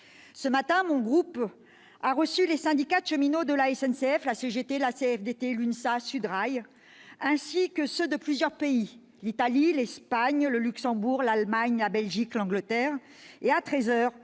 et écologiste a reçu les syndicats de cheminots de la SNCF, la CGT, la CFDT, l'UNSA, SUD Rail, ainsi que ceux de plusieurs pays- l'Italie, l'Espagne, le Luxembourg, l'Allemagne, la Belgique ou encore l'Angleterre. Puis,